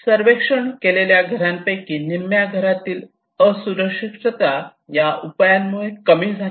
सर्वेक्षण केलेल्या घरांपैकी निम्म्या घरातील असुरक्षितता या उपायांमुळे कमी झाली